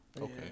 Okay